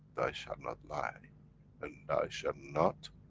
thou shalt not lie and thou shalt not